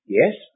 yes